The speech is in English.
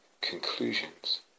conclusions